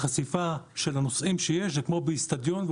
החשיפה של הנוסעים היא כמו החשיפה באצטדיון,